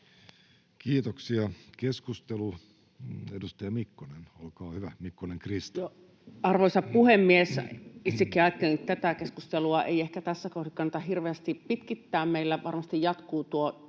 Kiitoksia. — Keskustelu, edustaja Mikkonen, Krista. Olkaa hyvä. Arvoisa puhemies! Itsekin ajattelen, että tätä keskustelua ei ehkä tässä kohdin kannata hirveästi pitkittää. Meillä varmasti jatkuu tuo